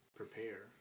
prepare